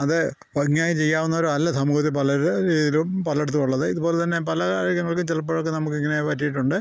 അത് ഭംഗിയായി ചെയ്യാവുന്നവരോ അല്ല സമൂഹത്തിൽ പലരിലും പല ഇടത്തും ഉള്ളത് ഇതുപോലെ തന്നെ പല കാര്യങ്ങൾക്കും ചിലപ്പോഴക്കെ നമുക്ക് ഇങ്ങനെ പറ്റിയിട്ടുണ്ട്